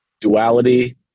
duality